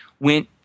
went